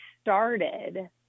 started